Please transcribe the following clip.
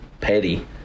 petty